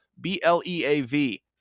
B-L-E-A-V